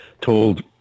told